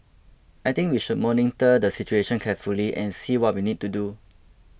I think we should monitor the situation carefully and see what we need to do